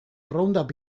roundup